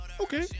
Okay